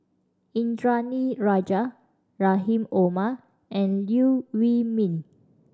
Indranee Rajah Rahim Omar and Liew Wee Mee